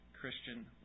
Christian